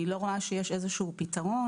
אני לא רואה שיש איזשהו פיתרון,